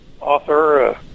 author